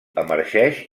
emergeix